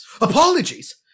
Apologies